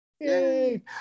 Yay